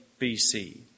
BC